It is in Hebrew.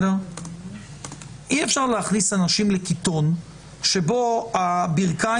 אי-אפשר להכניס אנשים לקיטון שבו הברכיים